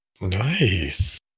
Nice